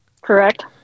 Correct